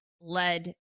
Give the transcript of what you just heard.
led